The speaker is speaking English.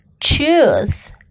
truth